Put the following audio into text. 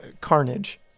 carnage